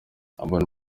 urban